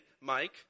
Mike